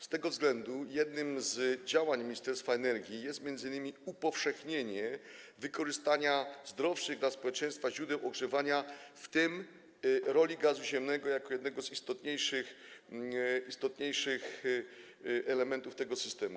Z tego względu jednym z działań Ministerstwa Energii jest m.in. upowszechnienie wykorzystywania zdrowszych dla społeczeństwa źródeł ogrzewania, jak również roli gazu ziemnego jako jednego z istotniejszych elementów tego systemu.